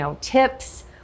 tips